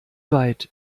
weit